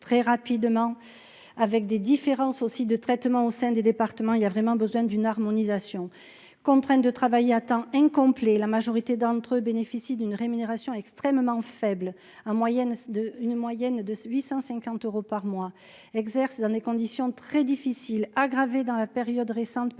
très rapidement avec des différences aussi de traitement au sein des départements, il y a vraiment besoin d'une harmonisation contrainte de travailler à temps incomplet, la majorité d'entre eux bénéficient d'une rémunération extrêmement faible hein moyenne de une moyenne de 850 euros par mois exerce dans des conditions très difficiles, aggravées dans la période récente, par la mise